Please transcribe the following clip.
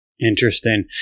Interesting